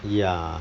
ya